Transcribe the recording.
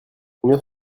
combien